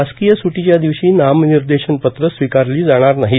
शासकीय सुट्टीच्या दिवशी नामनिर्देशनपत्रे स्वीकारली जाणार नाहीत